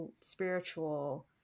spiritual